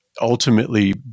ultimately